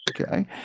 Okay